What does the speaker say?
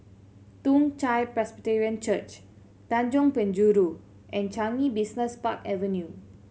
Toong Chai Presbyterian Church Tanjong Penjuru and Changi Business Park Avenue